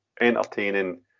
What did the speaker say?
entertaining